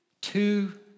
two